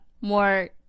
more